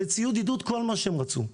וציוד עידוד, כל מה שהם רצו.